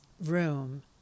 room